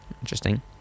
interesting